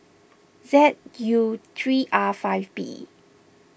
Z U three R five B